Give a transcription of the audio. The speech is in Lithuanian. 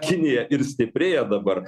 kinija ir stiprėja dabar